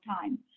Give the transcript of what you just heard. time